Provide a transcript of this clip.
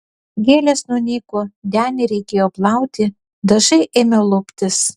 gėlės nunyko denį reikėjo plauti dažai ėmė luptis